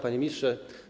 Panie Ministrze!